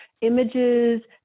images